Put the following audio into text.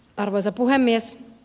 arvoisa puhemies